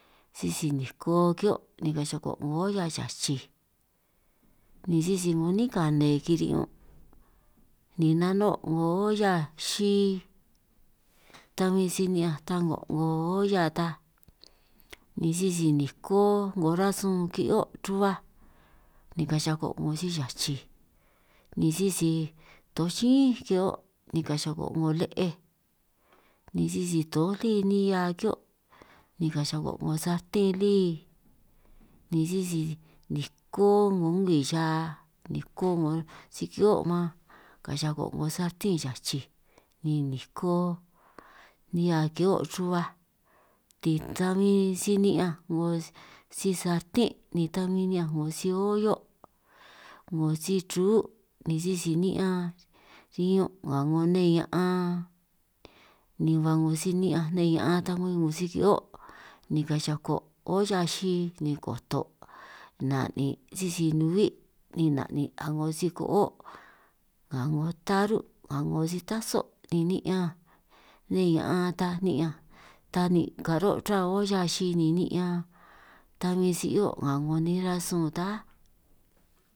Sisi niko ki'hio' ni ka'anj xako 'ngo olla xachij ni sisi 'ngo 'nín kane kiri'ñun ni nano' 'ngo olla xi, ta bi si ni'ñanj ta ko'ngo olla ta ni sisi niko 'ngo rasun ki'hio ruhuaj ni ka'anj xako' 'ngo si chachij, ni sisi toj llínj ki'hio' ni ka'anj xako' 'ngo le'ej ni sisi toj lí nihia ki'hio' ni ka'anj xako 'ngo sarten lí, ni sisi niko 'ngo ngwi xa ni niko' si ki'hio man, ka'anj xako' 'ngo sarten xachij ni niko nihia ki'hio' ruhuaj ti ta bin si ni'ñanj 'ngo si sartín, ni ta bin ni'ñanj 'ngo si ollo' ´ngo sichrú', ni sisi ni'ñan riñún' 'nga 'ngo nne ña'an ni ba 'ngo si ni'ñanj nne ña'an ta bin, 'ngo si ki'hio' ni ka'anj xako' olla xi ni koto' na'nin' sisi nuhui' ni na'nin' nga 'ngo si ko'o' nga 'ngo taru' nga 'ngo si taso, ni ni'ñanj nne ña'an ta ni'ñanj ta ni karo' ruhua olla xi ni ni'ñan ta bin si 'hio' nga 'ngo nej rasun tan áj.